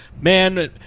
Man